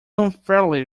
unfairly